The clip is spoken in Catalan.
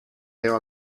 peu